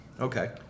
Okay